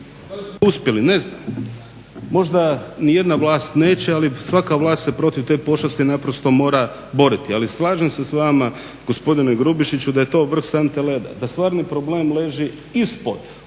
uspjeli ne znam, možda ni jedna vlast neće, ali svaka vlast se protiv te pošasti naprosto mora boriti. Ali slažem se s vama gospodine Grubišiću da je to vrh sante leda, da stvarni problem leži ispod